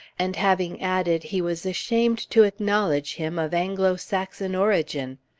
and having added he was ashamed to acknowledge him of anglo-saxon origin.